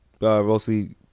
mostly